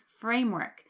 Framework